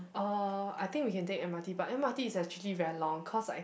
uh I think we can take m_r_t but m_r_t is actually very long cause I